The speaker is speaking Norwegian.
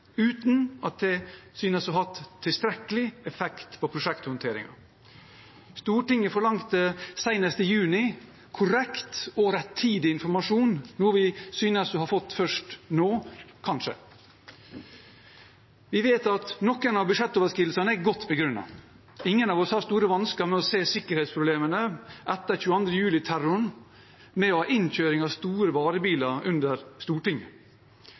uten at det synes å ha hatt tilstrekkelig effekt på prosjekthåndteringen. Stortinget forlangte senest i juni i fjor korrekt og rettidig informasjon, noe vi synes å ha fått først nå – kanskje. Vi vet at noen av budsjettoverskridelsene er godt begrunnet. Ingen av oss har store vansker med å se sikkerhetsproblemene etter 22. juli-terroren med å ha innkjøring av store varebiler under Stortinget.